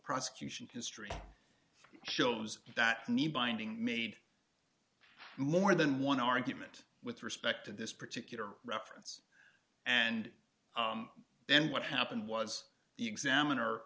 prosecution history shows that need binding made more than one argument with respect to this particular reference and then what happened was the examiner